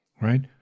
right